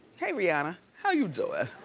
hey rihanna. how you doing?